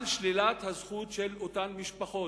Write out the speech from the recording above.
על שלילת הזכות של אותן משפחות,